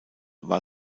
war